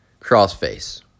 Crossface